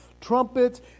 trumpets